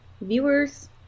viewers